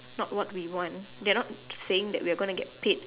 not what we want they are not saying that we are going to get paid